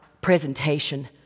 presentation